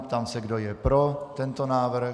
Ptám se, kdo je pro tento návrh.